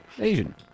Asian